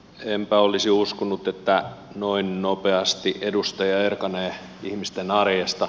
enpä olisi uskonut että noin nopeasti edustaja erkanee ihmisten arjesta